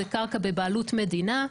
זו קרקע בבעלות מדינה,